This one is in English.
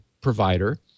provider